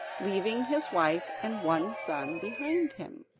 leaving his wife and one son behind him.